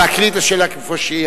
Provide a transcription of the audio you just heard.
להקריא את השאלה כפי שהיא.